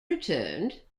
returned